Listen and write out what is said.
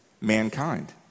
mankind